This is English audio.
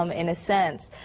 um in a sense.